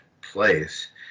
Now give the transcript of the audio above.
place